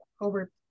over